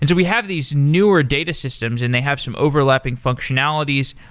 and we have these newer data systems and they have some overlapping functionalities.